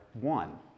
one